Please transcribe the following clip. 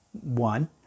one